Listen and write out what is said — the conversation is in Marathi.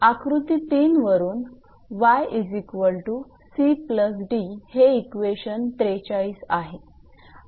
आकृती 3 वरून 𝑦𝑐𝑑 हे इक्वेशन 43 आहे